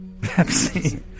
Pepsi